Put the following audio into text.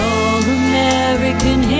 All-American